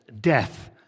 death